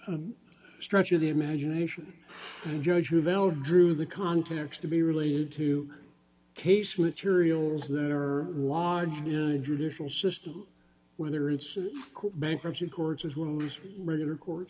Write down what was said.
shape stretch of the imagination judge you vello drew the context to be related to case materials that are largely judicial system whether it's bankruptcy courts as well as regular court